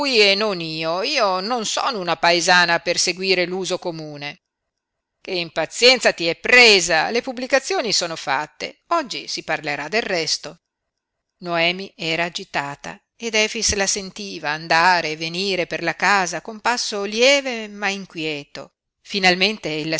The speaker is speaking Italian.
non io io non sono una paesana per seguire l'uso comune che impazienza ti è presa le pubblicazioni sono fatte oggi si parlerà del resto noemi era agitata ed efix la sentiva andare e venire per la casa con passo lieve ma inquieto finalmente